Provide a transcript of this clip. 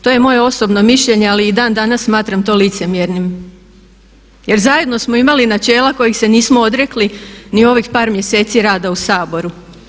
To je moje osobno mišljenje, ali i dan danas smatram to licemjernim jer zajedno smo imali načela kojih se nismo odrekli ni u ovih par mjeseci rada u Saboru.